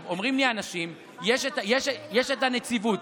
אומרים לי אנשים: יש את הנציבות.